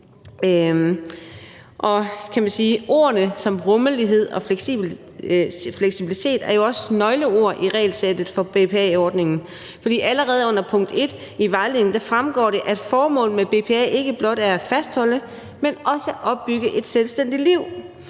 ord som rummelighed og fleksibilitet jo også er nøgleord i regelsættet for BPA-ordningen. For allerede under punkt 1 i vejledningen fremgår det, at formålet med BPA ikke blot er at fastholde, men også at opbygge et selvstændigt liv.